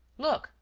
look,